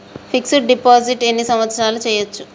Fix డ్ deposit ఎన్ని సంవత్సరాలు చేయచ్చు?